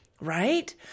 Right